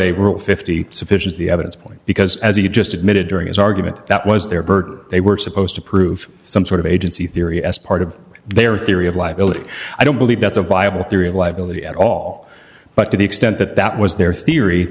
rule fifty sufficiency evidence point because as you just admitted during his argument that was their burden they were supposed to prove some sort of agency theory as part of their theory of liability i don't believe that's a viable theory of liability at all but to the extent that that was their theory